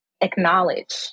acknowledge